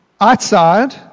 outside